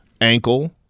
Ankle